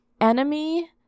enemy